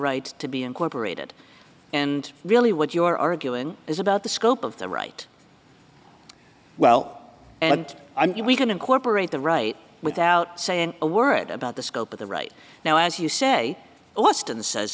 right to be incorporated and really what your argument is about the scope of the right well and i'm sure we can incorporate the right without saying a word about the scope of the right now as you say austin says